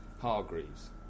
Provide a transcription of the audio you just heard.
Hargreaves